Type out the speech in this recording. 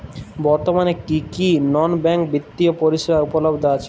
বর্তমানে কী কী নন ব্যাঙ্ক বিত্তীয় পরিষেবা উপলব্ধ আছে?